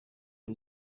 rwo